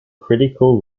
critical